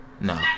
no